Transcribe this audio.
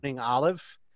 Olive